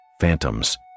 phantoms